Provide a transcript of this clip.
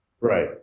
Right